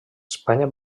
espanya